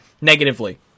negatively